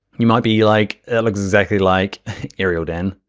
you might be like, that looks exactly like arial, dan.